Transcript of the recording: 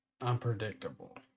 unpredictable